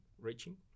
reaching